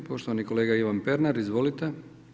Poštovani kolega Ivan Pernar, izvolite.